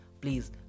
Please